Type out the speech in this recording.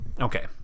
Okay